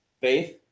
faith